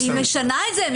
היא משנה את זה,